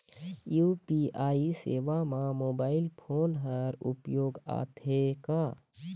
UPI सेवा म mobile phone हर उपयोग आथे का?